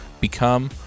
become